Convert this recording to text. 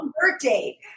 birthday